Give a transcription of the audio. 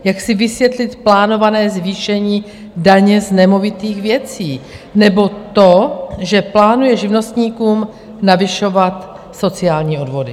Jak si vysvětlit plánované zvýšení daně z nemovitých věcí nebo to, že plánuje živnostníkům navyšovat sociální odvody?